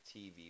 TV